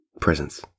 presence